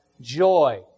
joy